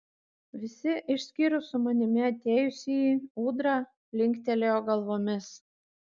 visi išskyrus su manimi atėjusįjį ūdrą linktelėjo galvomis